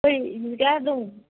खय बिघा दं